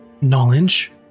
knowledge